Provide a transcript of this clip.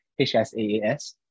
HSAAS